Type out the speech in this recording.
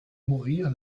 mourir